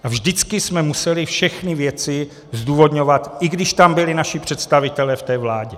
A vždycky jsme museli všechny věci zdůvodňovat, i když tam byli naši představitelé v té vládě.